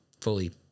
fully